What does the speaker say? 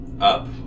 up